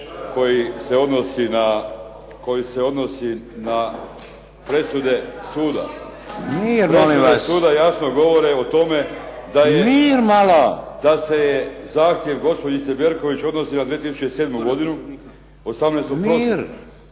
molim vas! **Đakić, Josip (HDZ)** Presude suda jasno govore o tome da se je zahtjev gospođice Berković odnosi na 2007. godinu, 18. prosinca,